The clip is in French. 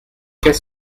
qu’est